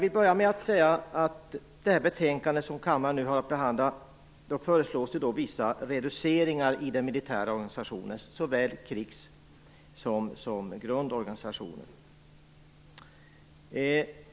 I det här betänkandet föreslås vissa reduceringar i den militära organisationen, såväl i krigsorganisationen som i grundorganisationen.